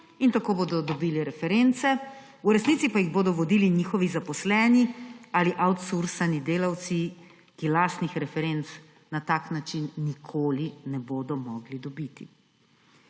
in tako bodo dobili reference, v resnici jih bodo pa vodili njihovi zaposleni ali outsourcani delavci, ki lastnih referenc na tak način nikoli ne bodo mogli dobiti.